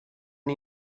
uns